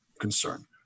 concern